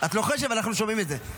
את לוחשת, אנחנו שומעים את זה.